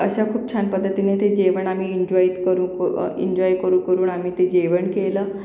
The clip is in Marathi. अशा खूप छान पद्धतीने ते जेवण आम्ही इंजॉय करू क इंजॉय करू करून आम्ही ते जेवण केलं